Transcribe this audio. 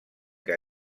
què